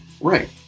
Right